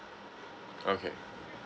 okay